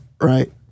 Right